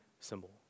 symbol